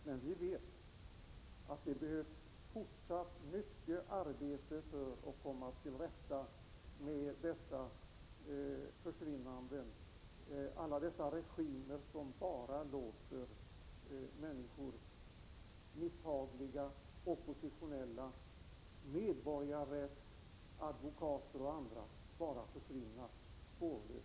Men vi vet att det behövs mycket fortsatt arbete för att komma till rätta med dessa försvinnanden och de regimer som låter misshagliga eller oppositionella människor, medborgarrättsadvokater och andra, bara försvinna spårlöst.